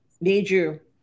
major